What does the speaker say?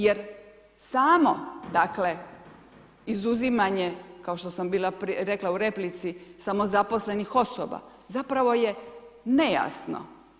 Jer samo dakle, izuzimanje kao što sam rekla u replici samozaposlenih osoba zapravo je nejasno.